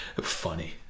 Funny